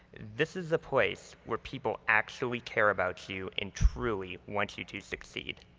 this is a place where people actually care about you and truly want you to succeed.